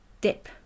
dip